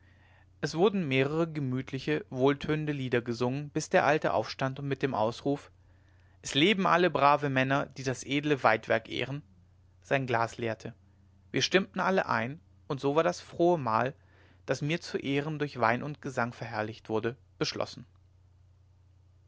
es wurden mehrere gemütliche wohltönende lieder gesungen bis der alte aufstand und mit dem ausruf es leben alle brave männer die das edle weidwerk ehren sein glas leerte wir stimmten alle ein und so war das frohe mahl das mir zu ehren durch wein und gesang verherrlicht wurde beschlossen